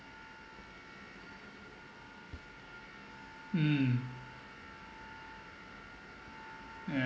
mm yeah